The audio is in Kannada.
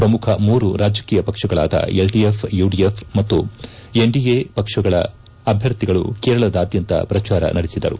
ಪ್ರಮುಖ ಮೂರು ರಾಜಕೀಯ ಪಕ್ಷಗಳಾದ ಎಲ್ಡಿಎಫ್ ಯುಡಿಎಫ್ ಮತ್ತು ಎನ್ಡಿಎ ಪಕ್ಷಗಳ ಅಭ್ಯರ್ಥಿಗಳು ಕೇರಳದಾದ್ಯಂತ ಪ್ರಚಾರ ನಡೆಸಿದರು